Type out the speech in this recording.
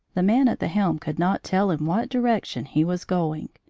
the man at the helm could not tell in what direction he was going,